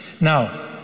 Now